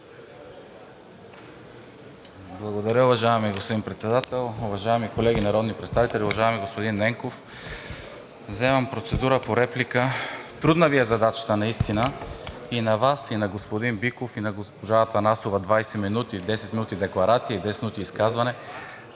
Благодаря, уважаеми господин Председател. Уважаеми колеги народни представители! Уважаеми господин Ненков, вземам процедура по реплика – трудна Ви е задачата наистина – и на Вас, и на господин Биков, и на госпожа Атанасова – 20 минути – 10 минути декларация и 10 минути изказване.